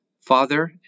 Father